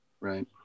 Right